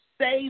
say